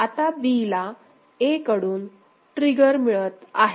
आता B ला A कडून ट्रिगर मिळत आहे